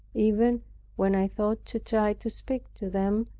even when i thought to try to speak to them,